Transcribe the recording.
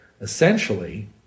essentially